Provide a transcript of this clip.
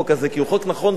כי הוא חוק נכון וראוי,